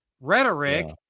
rhetoric